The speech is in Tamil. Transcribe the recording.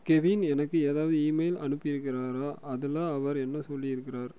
கெவின் எனக்கு ஏதாவது இமெயில் அனுப்பியிருக்காரா அதில் அவர் என்ன சொல்லியிருக்கார்